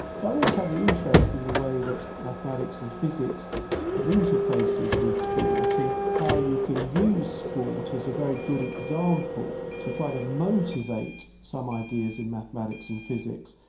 so i've always had an interest in the way that mathematics and physics but interfaces with sport and how you can use sport as a very good example to try to motivate some ideas in mathematics and physics,